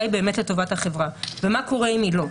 היא באמת לטובת החברה ומה קורה אם היא לא.